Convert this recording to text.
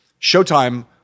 Showtime